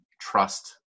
trust